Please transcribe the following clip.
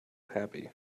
happy